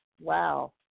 wow